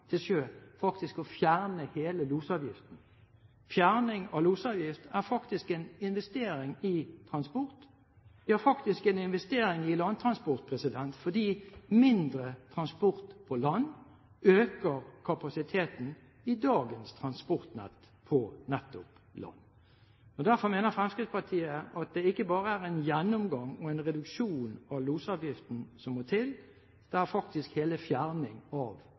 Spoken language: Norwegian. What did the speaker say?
til sjø å fjerne hele losavgiften. Fjerning av losavgift er en investering i transport, ja, faktisk en investering i landtransport, fordi mindre transport på land øker kapasiteten i dagens transportnett på nettopp land. Derfor mener Fremskrittspartiet at det ikke bare er en gjennomgang og en reduksjon av losavgiften som må til, det er faktisk en fjerning av